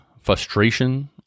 frustration